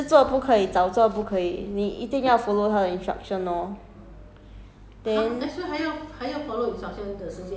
be before 几点几点你要做那个 X-ray 你迟做不可以早做不可以你一定要 follow 他的 instruction lor